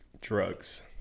Drugs